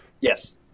Yes